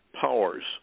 powers